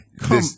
Come